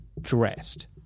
dressed